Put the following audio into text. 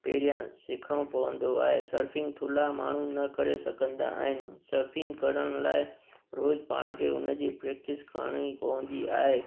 पहिरिया सिखिणो पवंदो आहे सर्फिग थुला माण्हू न करे सघंदा आहिनि सर्फिंग करण लाइ रोज पाणखे उनजी प्रैक्टिस करिणी पवंदी आहे